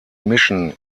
mischen